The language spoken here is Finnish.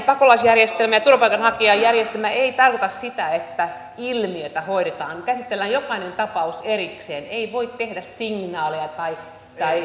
pakolaisjärjestelmä ja turvapaikanhakijajärjestelmä eivät tarkoita sitä että ilmiötä hoidetaan käsitellään jokainen tapaus erikseen ei voi tehdä signaaleja tai